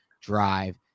drive